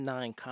Nine